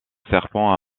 serpents